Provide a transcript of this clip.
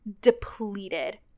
depleted